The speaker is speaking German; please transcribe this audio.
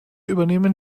übernehmen